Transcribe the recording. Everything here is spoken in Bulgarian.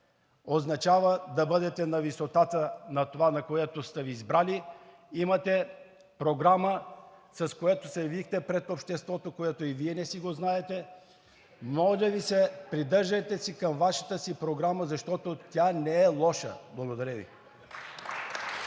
Означава да бъдете на висотата на това, за което са Ви избрали. Имате Програма, с която се явихте пред обществото, която и Вие не я знаете. (Смях от ГЕРБ-СДС.) Придържайте се към Вашата си Програма, защото тя не е лоша. Благодаря Ви.